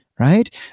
Right